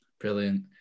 Brilliant